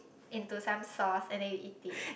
into some sauce and then you eat it